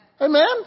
Amen